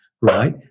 right